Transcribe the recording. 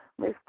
Miss